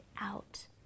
out